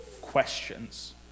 questions